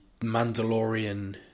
Mandalorian